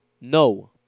No